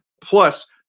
plus